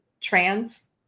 trans